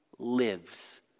lives